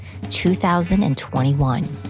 2021